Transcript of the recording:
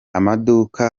amaduka